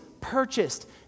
purchased